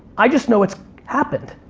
i just know it's happened.